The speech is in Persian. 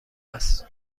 است